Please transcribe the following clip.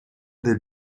del